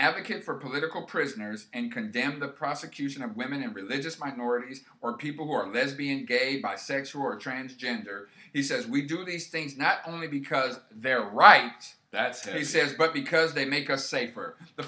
advocate for political prisoners and condemned the prosecution of women and religious minorities or people who are lesbian gay bisexual or transgender he says we do these things not only because they're right that's what he says but because they make us safer the